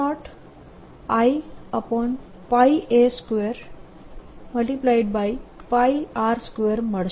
2πr0Ia2r2 મળશે